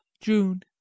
June